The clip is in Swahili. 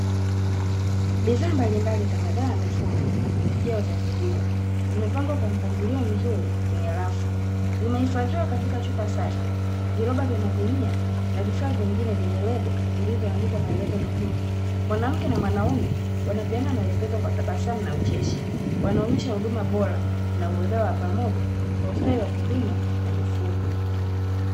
Bidhaa mbalimbali za madawa ya mifugo na pembejeo za kilimo zimepangwa kwa mpangilio mzuri kwenye rafu, zimehifadhiwa katika chupa safi, viroba vya magunia na vifaa vingine vyenye lebo zilizoandikwa maelezo muhimu, mwanamke na mwanaume wanapeana maelekezo kwa tabasamu na ucheshi wanaonyesha huduma bora na uelewa wa pamoja kwa ustawi wa kilimo na mifugo.